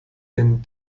den